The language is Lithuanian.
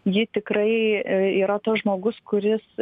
ji tikrai yra tas žmogus kuris